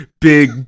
big